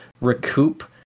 recoup